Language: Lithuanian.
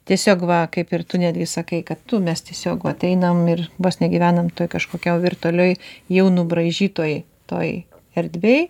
tiesiog va kaip ir tu netgi sakai kad tu mes tiesiog ateinam ir vos ne gyvenam kažkokioj virtualiai jau nubraižytoj toj erdvėj